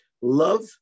love